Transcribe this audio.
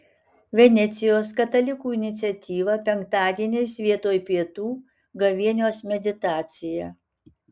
venecijos katalikų iniciatyva penktadieniais vietoj pietų gavėnios meditacija